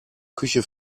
küche